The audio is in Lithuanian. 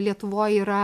lietuvoj yra